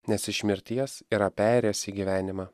nes iš mirties yra perėjęs į gyvenimą